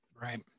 Right